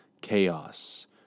chaos